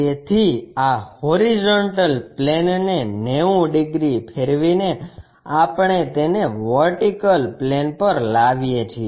તેથી આ HP ને 90 ડિગ્રી ફેરવીને આપણે તેને VP પ્લેન પર લાવીએ છીએ